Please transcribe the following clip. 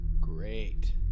Great